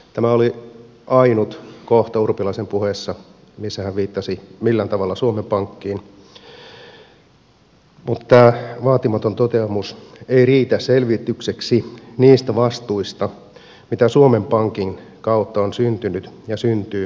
tämä oli ainut kohta urpilaisen puheessa missä hän viittasi millään tavalla suomen pankkiin mutta tämä vaatimaton toteamus ei riitä selvitykseksi niistä vastuista joita suomen pankin kautta on syntynyt ja syntyy jatkossakin